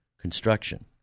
construction